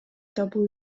табуу